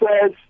says